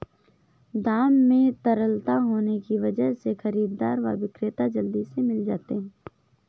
दाम में तरलता होने की वजह से खरीददार व विक्रेता जल्दी से मिल जाते है